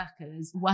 workers